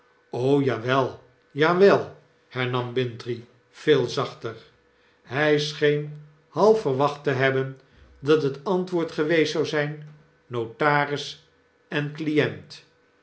ja wel hernam bintrey veel zachter hy scheen half verwacht te hebben dat het antwoord geweest zou zyn notaris en client